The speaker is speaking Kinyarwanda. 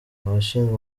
abashinzwe